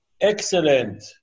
excellent